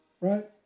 right